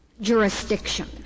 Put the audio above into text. jurisdiction